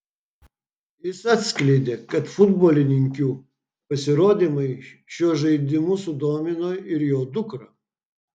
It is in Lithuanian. jis atskleidė kad futbolininkių pasirodymai šiuo žaidimu sudomino ir jo dukrą